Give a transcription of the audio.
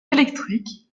électrique